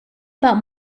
about